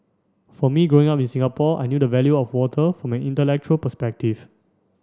for me growing up in Singapore I knew the value of water from an intellectual perspective